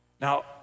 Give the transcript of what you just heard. Now